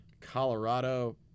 Colorado